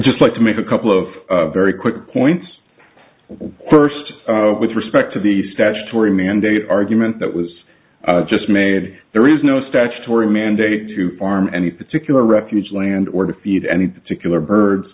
just like to make a couple of very quick points first with respect to the statutory mandate argument that was just made there is no statutory mandate to farm any particular refuge land or to feed any particular birds